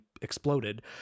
exploded